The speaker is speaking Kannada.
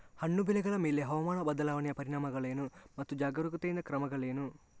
ಹಣ್ಣು ಬೆಳೆಗಳ ಮೇಲೆ ಹವಾಮಾನ ಬದಲಾವಣೆಯ ಪರಿಣಾಮಗಳೇನು ಮತ್ತು ಜಾಗರೂಕತೆಯಿಂದ ಕ್ರಮಗಳೇನು?